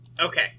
Okay